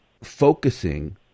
focusing